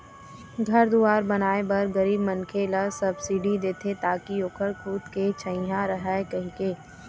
घर दुवार बनाए बर गरीब मनखे ल सब्सिडी देथे ताकि ओखर खुद के छइहाँ रहय कहिके